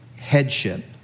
headship